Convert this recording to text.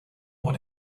what